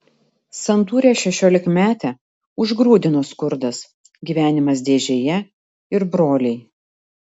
santūrią šešiolikmetę užgrūdino skurdas gyvenimas dėžėje ir broliai